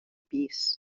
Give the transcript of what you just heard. pis